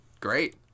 great